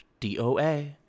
DOA